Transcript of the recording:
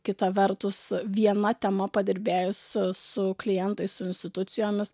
kita vertus viena tema padirbėjus su klientais su institucijomis